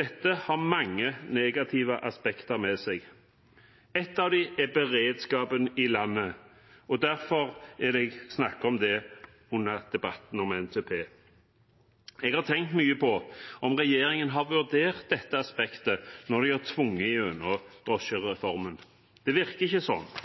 Dette har mange negative aspekter ved seg. Et av dem er beredskapen i landet, og det er derfor jeg snakker om det under debatten om NTP. Jeg har tenkt mye på om regjeringen har vurdert dette aspektet når de har tvunget igjennom drosjereformen. Det virker ikke slik.